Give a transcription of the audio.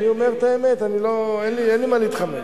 אני אומר את האמת, אין לי מה להתחמק.